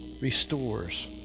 restores